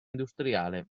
industriale